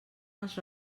els